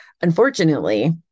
unfortunately